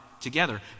together